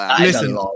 listen